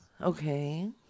Okay